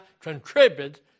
contribute